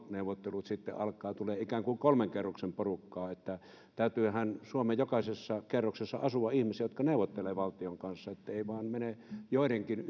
neuvottelut sitten alkavat tulee ikään kuin kolmen kerroksen porukkaa täytyyhän suomen jokaisessa kerroksessa asua ihmisiä jotka neuvottelevat valtion kanssa ettei se mene vain joidenkin